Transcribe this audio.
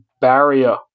barrier